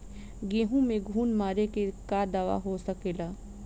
गेहूँ में घुन मारे के का दवा हो सकेला?